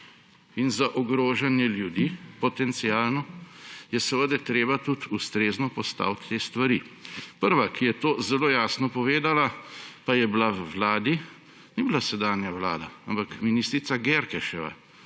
ogrožanje ljudi, je seveda treba tudi ustrezno postaviti te stvari. Prva, ki je to zelo jasno povedala, pa je bila v vladi, ni bila sedanja vlada, ampak ministrica Györkös